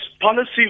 policy